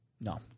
No